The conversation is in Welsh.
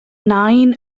nain